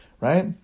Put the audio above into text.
right